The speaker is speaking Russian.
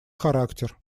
характер